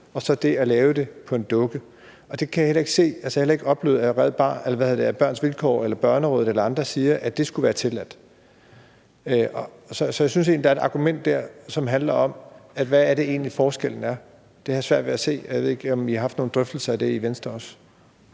og så det at lave det på en dukke. Jeg har heller ikke oplevet, at Børns Vilkår eller Børnerådet eller andre siger, at det skulle være tilladt. Så jeg synes egentlig, der er et argument der, som handler om, hvad er det egentlig forskellen er. Det har jeg svært ved at se. Jeg ved ikke, om I også har haft nogle drøftelser af det i Venstre.